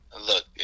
look